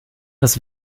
das